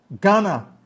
Ghana